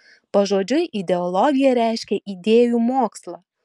pažodžiui ideologija reiškia idėjų mokslą